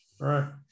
right